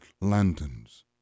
lanterns